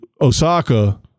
Osaka